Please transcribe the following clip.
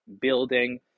building